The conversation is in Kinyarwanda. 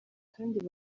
kandi